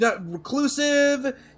reclusive